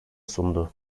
sundu